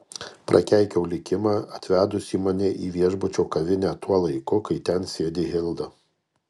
prakeikiau likimą atvedusį mane į viešbučio kavinę tuo laiku kai ten sėdi hilda